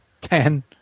Ten